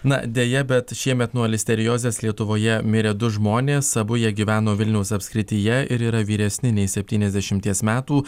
na deja bet šiemet nuo listeriozės lietuvoje mirė du žmonės abu jie gyveno vilniaus apskrityje ir yra vyresni nei septyniasdešimties metų